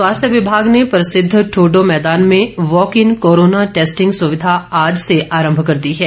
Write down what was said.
स्वास्थ्य विमाग ने प्रसिद्ध ठोडो मैदान में वॉक इन कोरोना टैस्टिंग सुविधा आज से आरम्भ कर दी है